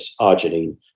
arginine